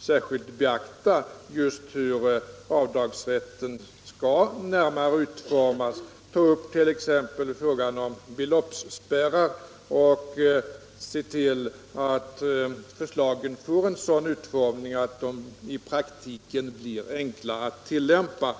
särskilt beakta just hur avdragsrätten skall närmare utformas — att ta upp t.ex. frågan om beloppsspärrar och se till att bestämmelserna får en sådan utformning att de i praktiken blir enklare att tillämpa.